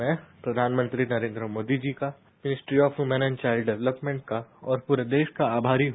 मै प्रधानमंत्री नरेंद्र मोदीजी का ministry of human and child development का और प्रे देश का आभारी ह